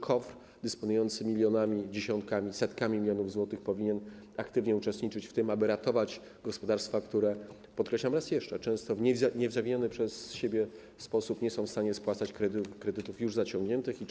KOWR dysponujący milionami, dziesiątkami, setkami milionów złotych powinien aktywnie uczestniczyć w tym, aby ratować gospodarstwa, które, podkreślam raz jeszcze, często z niezawinionych przez siebie przyczyn nie są w stanie spłacać już zaciągniętych kredytów.